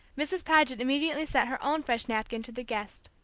mrs. paget immediately sent her own fresh napkin to the guest.